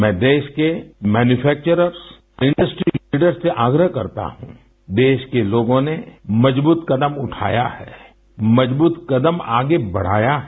मैं देश के मैन्यूकफेक्चर्रस इंडस्ट्री लीडर्स से आग्रह करता हूँ देश के लोगों ने मजबूत कदम उठाया है मजबूत कदम आगे बढ़ाया है